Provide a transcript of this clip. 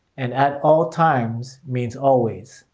and at all times means always.